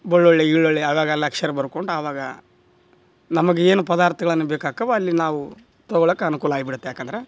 ಬೆಳ್ಳುಳ್ಳಿ ಗಿಳ್ಳುಳ್ಳಿ ಅವೆಲ್ಲ ಅಕ್ಷರ ಬರ್ಕೊಂಡು ಅವಾಗ ನಮಗೆ ಏನು ಪದಾರ್ಥಗಳನ್ನು ಬೇಕಾಗವು ಅಲ್ಲಿ ನಾವು ತಗೊಳಕ್ಕೆ ಅನುಕೂಲ ಆಯಿಬಿಡತ್ತೆ ಯಾಕಂದ್ರೆ